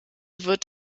wird